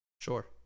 sure